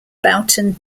boughton